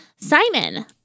Simon